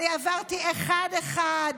אני עברתי אחד-אחד